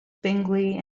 bingley